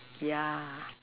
yeah